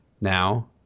Now